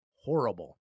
horrible